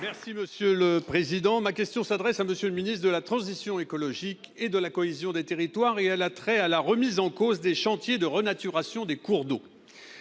Les Républicains. Ma question s'adresse à M. le ministre de la transition écologique et de la cohésion des territoires et a trait à la remise en cause des chantiers de renaturation des cours d'eau.